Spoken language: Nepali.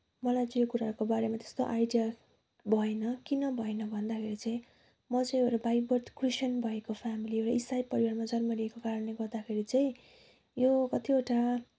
मलाई चाहिँ यो कुराको बारेमा त्यस्तो आइडिया भएन किन भएन भन्दाखेरि चाहिँ म चाहिँ एउटा बाई बर्थ क्रिस्चियन भएको फ्यामिली हो है इसाई परिवारमा जन्म लिएको कारणले गर्दाखेरि चाहिँ यो कत्तिवटा